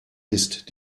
ist